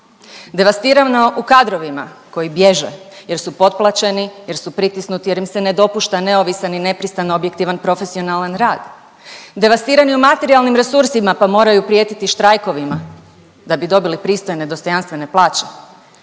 devastirano u kadrovima koji bježe jer su potplaćeni, jer su pritisnuti, jer im se ne dopušta neovisan i nepristran objektivan profesionalan rad. Devastiran je u materijalnim resursima, pa moraju prijetiti štrajkovima da bi dobili pristojne i dostojanstvene plaće.